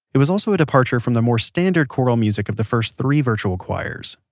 it was also a departure from the more standard choral music of the first three virtual choirs.